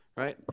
Right